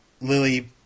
Lily